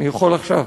אני יכול עכשיו,